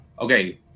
okay